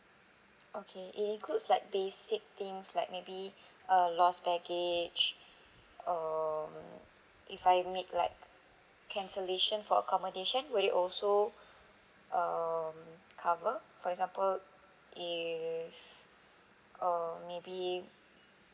okay it includes like basic things like maybe uh lost baggage or if I make like cancellation for accommodation will it also um cover for example if uh maybe